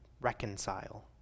reconcile